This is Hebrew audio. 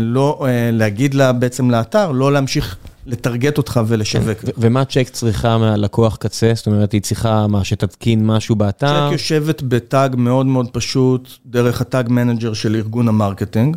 לא להגיד ל ל בעצם לאתר לא להמשיך לטרגט אותך ולשווק. ומה צ'ק צריכה מלקוח קצה? זאת אומרת, היא צריכה מה? שתתקין משהו באתר? צ'ק יושבת בטאג מאוד מאוד פשוט, דרך הטאג מנאג'ר של ארגון המרקטינג.